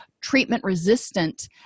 treatment-resistant